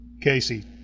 Casey